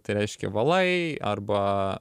tai reiškia valai arba